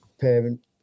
parent